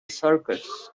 circus